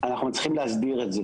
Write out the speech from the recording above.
אנחנו צריכים להסדיר את זה